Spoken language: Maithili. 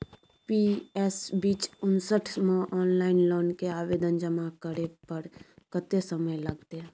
पी.एस बीच उनसठ म ऑनलाइन लोन के आवेदन जमा करै पर कत्ते समय लगतै?